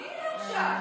מי לא הורשע?